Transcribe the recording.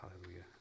Hallelujah